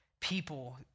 people